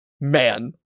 man